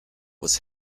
was